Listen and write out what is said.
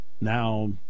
now